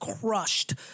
crushed